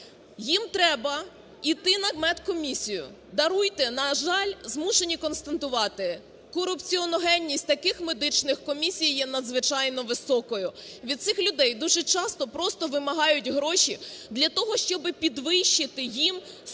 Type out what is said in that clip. їм треба іти на медкомісію. Даруйте, на жаль, змушені констатувати, корупціогенність таких медичних комісій є надзвичайно високою. Від цих людей дуже часто просто вимагають гроші, для того щоб підвищити їм ступінь